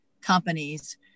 companies